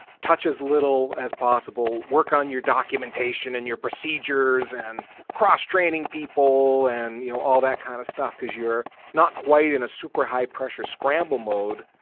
touches little as possible. work on your documentation and your procedures and cross-training people and you know all that kind of stuff, because you're not quite in a super high pressure scramble mode.